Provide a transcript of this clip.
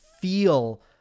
feel—